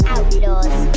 Outlaws